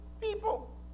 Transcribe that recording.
people